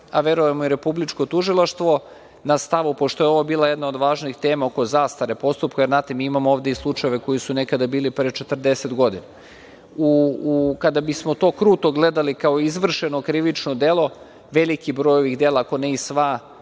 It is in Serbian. a verujemo i Republičko tužilaštvo, pošto je ovo bila jedna od važnih tema oko zastare postupka, jer, znate, mi imamo ovde i slučajeve koji su bili pre 40 godina, kada bismo to kruto gledali kao izvršeno krivično delo, veliki broj ovih dela, ako ne i sva,